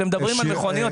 אתם מדברים על מכוניות.